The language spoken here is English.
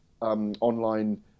online